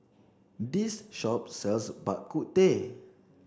this shop sells Bak Kut Teh